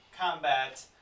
combat